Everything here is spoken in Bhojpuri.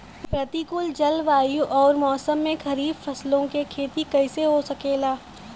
प्रतिकूल जलवायु अउर मौसम में खरीफ फसलों क खेती कइसे हो सकेला?